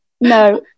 No